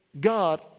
God